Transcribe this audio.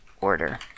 order